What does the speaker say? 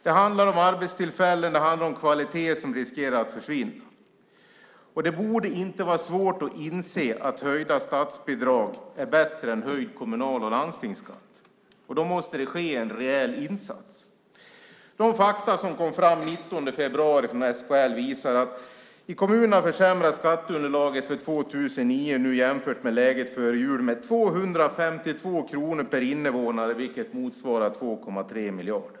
Det handlar om arbetstillfällen, det handlar om kvalitet som riskerar att försvinna. Det borde inte vara svårt att inse att höjda statsbidrag är bättre än höjd kommunal och landstingsskatt. Det måste ske en rejäl insats. De fakta som kom fram den 19 februari från SKL visar att i kommunerna försämras nu skatteunderlaget för 2009 jämfört med läget före jul med 252 kronor per invånare, vilket motsvarar 2,3 miljarder.